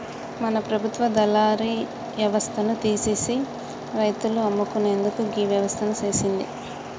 మన ప్రభుత్వ దళారి యవస్థను తీసిసి రైతులు అమ్ముకునేందుకు గీ వ్యవస్థను సేసింది